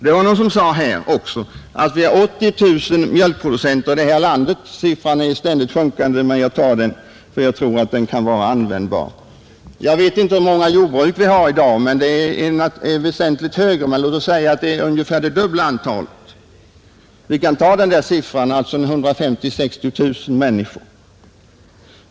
Någon sade att vi har 80 000 mjölkproducenter i detta land. Siffran är ständigt sjunkande, men jag nämner den, ty jag tror att den är användbar. Jag vet inte hur många jordbrukare vi har i dag. De är väsentligen fler än mjölkproducenterna, men låt säga att det är ungefär dubbla antalet, kanske 150 000-160 000 människor.